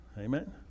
Amen